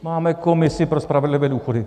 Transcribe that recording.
Máme Komisi pro spravedlivé důchody.